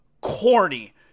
corny